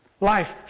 Life